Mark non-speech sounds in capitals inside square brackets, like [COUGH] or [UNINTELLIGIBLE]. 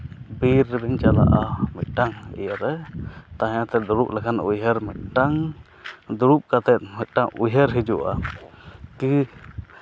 ᱵᱤᱨ ᱨᱮᱢ ᱪᱟᱞᱟᱜᱼᱟ ᱢᱤᱫᱴᱟᱱ ᱤᱭᱟᱹᱨᱮ [UNINTELLIGIBLE] ᱫᱩᱲᱩᱵ ᱞᱮᱱᱠᱷᱟᱱ ᱩᱭᱦᱟᱹᱨ ᱢᱤᱫᱴᱟᱝ ᱫᱩᱲᱩᱵ ᱠᱟᱛᱮᱫ ᱢᱤᱫᱴᱟᱝ ᱩᱭᱦᱟᱹᱨ ᱦᱤᱡᱩᱜᱼᱟ ᱠᱤ